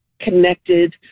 connected